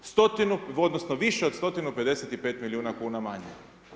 Stotinu odnosno više od 155 milijuna kuna manje.